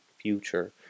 future